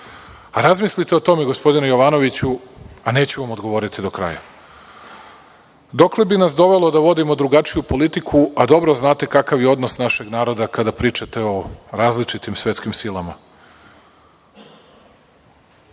a razmislite o tome gospodine Jovanoviću, a neću vam odgovoriti do kraja. Dokle bi nas dovelo da vodimo drugačiju politiku, a dobro znate kakav je odnos našeg naroda kada pričate o različitim svetskim silama. Ovo